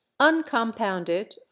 Uncompounded